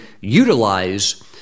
utilize